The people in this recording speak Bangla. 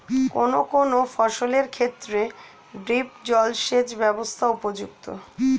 কোন কোন ফসলের ক্ষেত্রে ড্রিপ জলসেচ ব্যবস্থা উপযুক্ত?